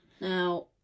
Now